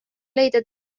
leida